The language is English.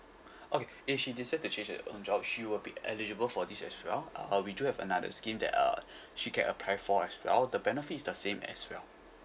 okay if she decide to change her own job she will be eligible for this as well uh we do have another scheme that uh she can apply for as well the benefit is the same as well